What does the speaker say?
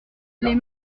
les